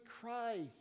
Christ